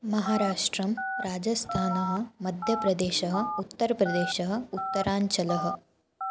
महाराष्ट्रं राजस्थानः मध्यप्रदेशः उत्तरप्रदेशः उत्तराञ्चलः